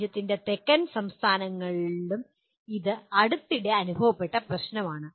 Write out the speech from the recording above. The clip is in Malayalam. രാജ്യത്തിന്റെ തെക്കൻ സംസ്ഥാനങ്ങളിലും ഇത് അടുത്തിടെ അനുഭവപ്പെട്ട പ്രശ്നമാണ്